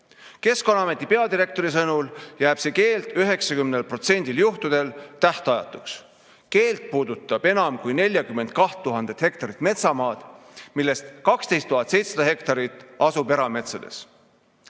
Keskkonnaameti peadirektori sõnul jääb see keeld 90% juhtudel tähtajatuks. Keeld puudutab enam kui 42 000 hektarit metsamaad, millest 12 700 hektarit asub erametsades.